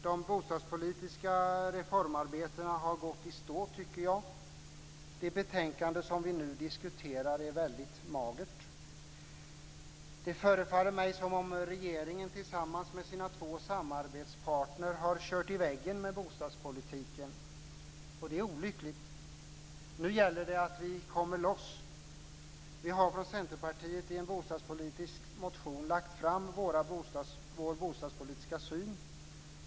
De bostadspolitiska reformarbetena har gått i stå, tycker jag. Det betänkande som vi nu diskuterar är väldigt magert. Det förefaller mig som om regeringen tillsammans med sina två samarbetspartner har kört in i väggen med bostadspolitiken, och det är olyckligt. Nu gäller det att komma loss. Vi har från Centerpartiet i en bostadspolitiska motion lagt fram vår bostadspolitiska syn.